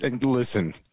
Listen